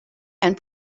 and